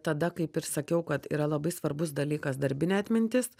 tada kaip ir sakiau kad yra labai svarbus dalykas darbinė atmintis